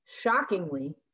Shockingly